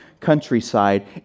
countryside